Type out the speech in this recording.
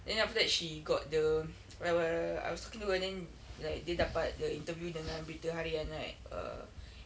then after that she got the I w~ err I was talking to her then like dia dapat the interview dengan berita harian right err